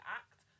act